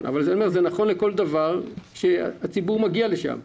זה נכון לכל דבר, לכל מקום שהציבור מגיע אליו.